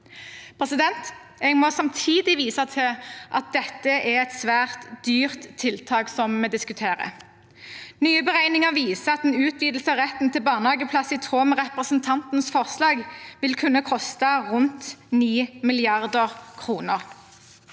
som mamma. Jeg må samtidig vise til at det er et svært dyrt tiltak vi diskuterer. Nye beregninger viser at en utvidelse av retten til barnehageplass i tråd med representantenes forslag vil kunne koste rundt 9 mrd. kr.